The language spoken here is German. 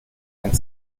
ein